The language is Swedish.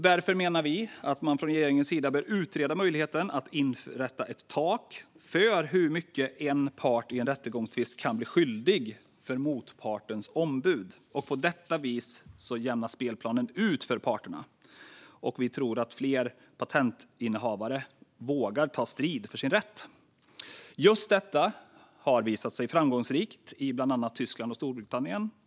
Därför menar vi att man från regeringens sida bör utreda möjligheten att inrätta ett tak för hur mycket en part i en rättegångstvist kan bli skyldig för motpartens ombud. På detta vis jämnas spelplanen ut för parterna. Och vi tror att fler patentinnehavare då vågar ta strid för sin rätt. Just detta har visat sig framgångsrikt i bland annat Tyskland och Storbritannien.